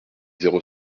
zéro